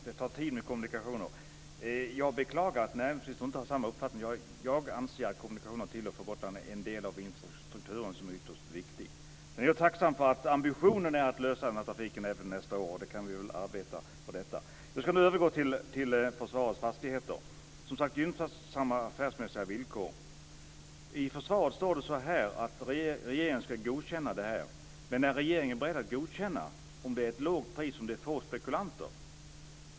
Herr talman! Det tar tid med kommunikationer. Jag beklagar att näringsministern inte har samma uppfattning. Jag anser att kommunikationerna till och från Gotland är en del av infrastrukturen som är ytterst viktig. Men jag är tacksam för att ambitionen är att lösa detta med trafiken även nästa år. Jag övergår nu till försvarets fastigheter. Näringsministern talade om gynnsamma, affärsmässiga villkor. I svaret står det att regeringen ska lämna sitt godkännande. Men är regeringen beredd att godkänna ett lågt pris om det är få spekulanter?